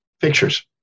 pictures